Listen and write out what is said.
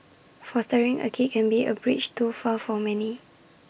fostering A kid can be A bridge too far for many